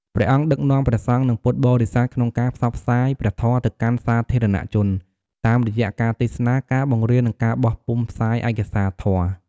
ព្រះអង្គដឹកនាំព្រះសង្ឃ និងពុទ្ធបរិស័ទក្នុងការផ្សព្វផ្សាយព្រះធម៌ទៅកាន់សាធារណជន តាមរយៈការទេសនា ការបង្រៀន និងការបោះពុម្ពផ្សាយឯកសារធម៌។